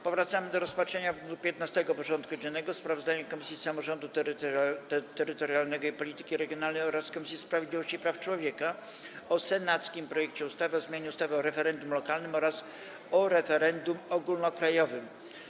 Powracamy do rozpatrzenia punktu 15. porządku dziennego: Sprawozdanie Komisji Samorządu Terytorialnego i Polityki Regionalnej oraz Komisji Sprawiedliwości i Praw Człowieka o senackim projekcie ustawy o zmianie ustawy o referendum lokalnym oraz ustawy o referendum ogólnokrajowym.